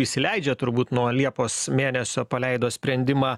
įsileidžia turbūt nuo liepos mėnesio paleido sprendimą